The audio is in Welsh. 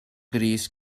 bris